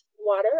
water